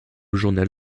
journal